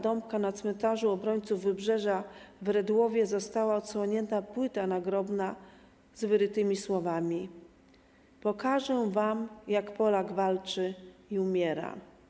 Dąbka na Cmentarzu Obrońców Wybrzeża w Redłowie została odsłonięta płyta nagrobna z wyrytymi słowami „Pokażę Wam jak Polak walczy i umiera”